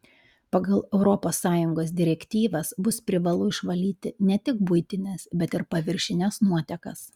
pagal europos sąjungos direktyvas bus privalu išvalyti ne tik buitines bet ir paviršines nuotekas